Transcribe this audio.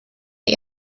die